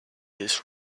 his